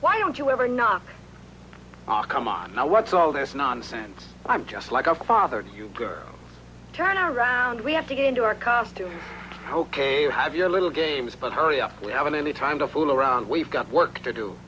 why don't you ever knock ah come on now what's all this nonsense i'm just like a father to you turn around we have to get into our costume ok you have your little games but hurry up we haven't really trying to fool around we've got work to do